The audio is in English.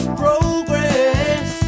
progress